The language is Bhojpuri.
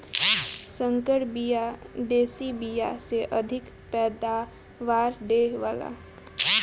संकर बिया देशी बिया से अधिका पैदावार दे वेला